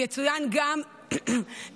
הוא יצוין גם במשטרה,